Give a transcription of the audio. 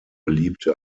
beliebte